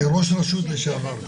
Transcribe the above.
כראש רשות לשעבר,